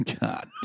God